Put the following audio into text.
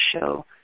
show